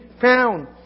found